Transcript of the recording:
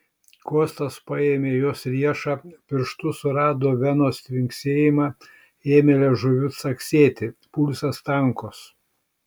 kostas paėmė jos riešą pirštu surado venos tvinksėjimą ėmė liežuviu caksėti pulsas tankus